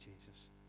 Jesus